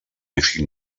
èxit